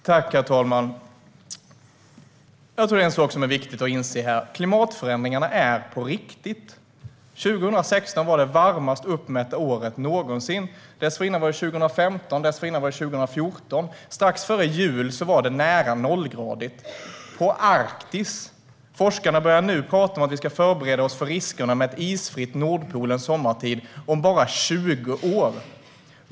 Herr talman! Det finns en sak som är viktig att inse här: Klimatförändringarna är på riktigt. År 2016 var det varmaste uppmätta året någonsin. Dessförinnan var det 2015, och dessförinnan var det 2014. Strax före jul var det nära nollgradigt i Arktis. Forskarna börjar nu prata om att vi ska förbereda oss på riskerna med ett isfritt Nordpolen sommartid om bara 20 år.